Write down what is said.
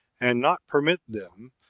and not permit them,